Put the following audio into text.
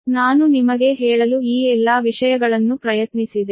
ನಾನು ನಿಮಗೆ ಹೇಳಲು ಈ ಎಲ್ಲಾ ವಿಷಯಗಳನ್ನು ಪ್ರಯತ್ನಿಸಿದೆ